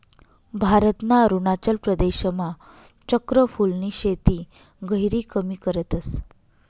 भारतना अरुणाचल प्रदेशमा चक्र फूलनी शेती गहिरी कमी करतस